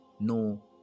no